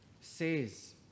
says